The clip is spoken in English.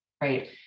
Right